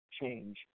change